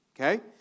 Okay